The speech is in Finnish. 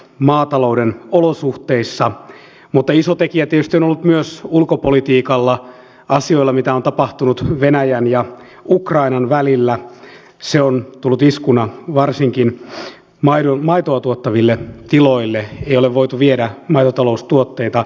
maatalouden olosuhteissa mutta iso tekijä tiestö on ollut myös ulkopolitiikalla asioille mikä on tapahtunut venäjän ja ukrainan välillä se on tullut iskuna varsinkin x maiju maitoa tuottaville tiloille ei ole voitu viedä maitotaloustuotteita